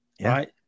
Right